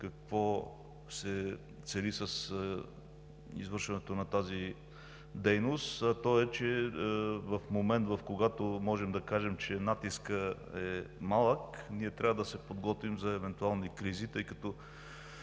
какво се цели с извършването на тази дейност, а то е, че в момента, когато можем да кажем, че натискът е малък, ние трябва да се подготвим за евентуални кризи, тъй като